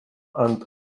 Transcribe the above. ant